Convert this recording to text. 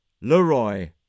LeRoy